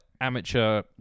Amateur